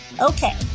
Okay